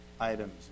items